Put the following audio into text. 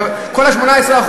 את כל ה-18%,